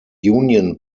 union